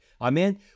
Amen